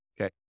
Okay